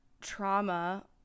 trauma